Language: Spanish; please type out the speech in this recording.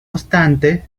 obstante